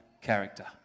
character